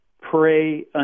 pray